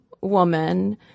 woman